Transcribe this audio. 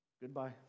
Goodbye